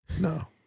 no